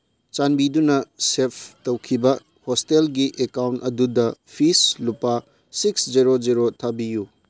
ꯆꯥꯟꯕꯤꯗꯨꯅ ꯁꯦꯐ ꯇꯧꯈꯤꯕ ꯍꯣꯁꯇꯦꯜꯒꯤ ꯑꯦꯀꯥꯎꯟ ꯑꯗꯨꯗ ꯐꯤꯁ ꯂꯨꯄꯥ ꯁꯤꯛꯁ ꯖꯦꯔꯣ ꯖꯦꯔꯣ ꯊꯥꯕꯤꯌꯨ